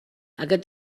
aquest